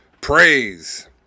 Praise